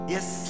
Yes